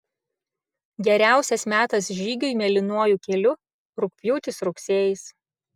geriausias metas žygiui mėlynuoju keliu rugpjūtis rugsėjis